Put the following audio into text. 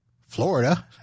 Florida